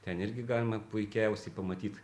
ten irgi galima puikiausiai pamatyt